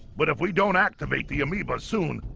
but if we don't activate the amoeba soon.